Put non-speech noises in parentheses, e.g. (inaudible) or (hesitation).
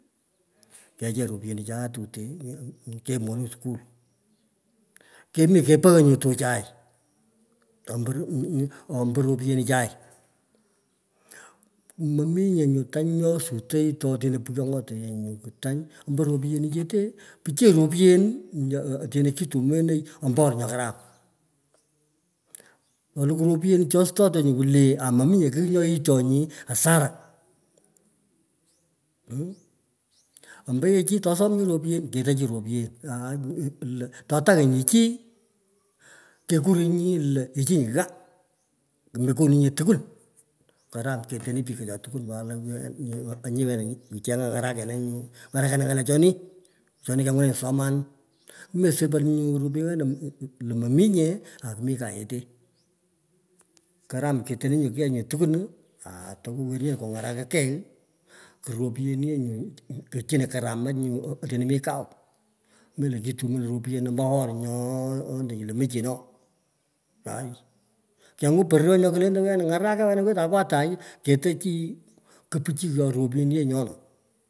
Kecheng ropyeni chue tutee, keyip monung skul kem. Kepoghoi nyu tuchai, ombo roe (hesitation) ombo ropyenichai. Mominye nyu tang nyo sotoi to otino pighyong’ote yee nyu tany, ombo ropiyenichete, pichiy ropyen otino kitumooni ombo or nyo karam. Ato lukuu ropyen cho sototenyi kwulee, aa mominye kigh nyo yightonyi, hasara. mm. Ombo ye chi tosominyi ropiyen, keto chi ropiyen aa, lo, oto taenyi chi, kekurinyi lo inchinyi ghaa, komekoninye tukwone karum ketoni pikocho tukwun pat lo any (hesitation) anyi wena nyi, wi cheng’a ng’arakena nyu ng’arakena ng’alechi choni kengunanyi somanin. Me sopor nyo ropyeni wena lo mominye oku mi kayete. Kram nyu keteni kei nyu tukwun, aa towo ye kungaraka kei, ku ropyeni yee nyuu, kuchino karamach nyu otino mi kau melo kutumianei ropyen ombo or nyo lentenyi lo muchino, aai. Kengwan poror, nyo kolentio wena ngaraka wena, wetan ngo atai keto chi, kupichyo ropyen yee nyona.